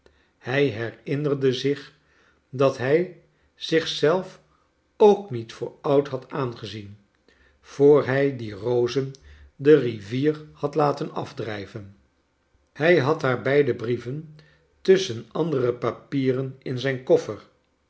hij herinnerde zich dat hij zioh zelf ook met voor oud had aangezien voor hij die rozen de rivicr had laten afdrijven hij had haar beide brieven tusschen andere papieren in zijn kof